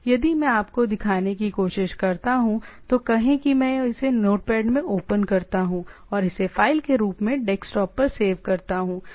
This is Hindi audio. यदि मैं आपको दिखाने की कोशिश करता हूं तो कहें कि मैं इसे नोटपैड में ओपन करता हूं और इसे फाइल के रूप में डेस्कटॉप पर सेव करता हूं